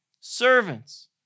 servants